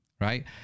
Right